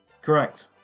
Correct